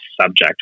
subject